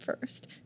first